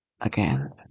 again